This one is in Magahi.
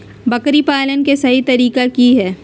बकरी पालन के सही तरीका की हय?